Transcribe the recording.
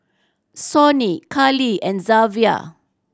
Sonny Karlie and Zavier